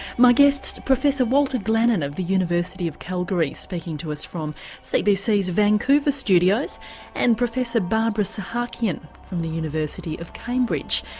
my guests professor walter glannon of the university of calgary speaking to us from cbc's vancouver studios and professor barbara sahakian from the university of cambridge.